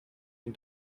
and